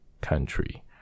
country